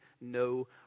no